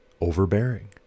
overbearing